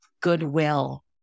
goodwill